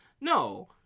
no